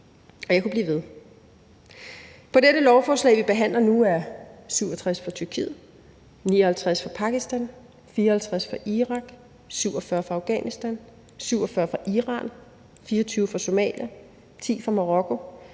og jeg kunne blive ved. På dette lovforslag, som vi behandler nu, er 67 fra Tyrkiet, 59 fra Pakistan, 54 fra Irak, 47 fra Afghanistan, 47 fra Iran, 24 fra Somalia, 10 fra Marokko,